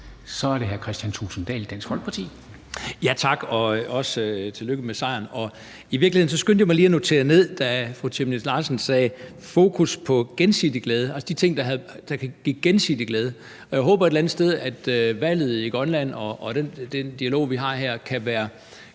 Kl. 13:14 Kristian Thulesen Dahl (DF): Tak, og også tillykke med sejren herfra. I virkeligheden skyndte jeg mig lige at notere ned, da fru Aaja Chemnitz Larsen sagde fokus på gensidig glæde, altså de ting, der kan give gensidig glæde, og jeg håber et eller andet sted, at valget i Grønland og den dialog, vi har her, måske